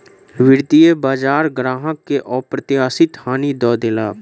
वित्तीय बजार ग्राहक के अप्रत्याशित हानि दअ देलक